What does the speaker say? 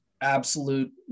absolute